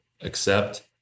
accept